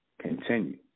continue